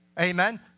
Amen